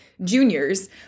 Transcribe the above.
juniors